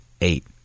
eight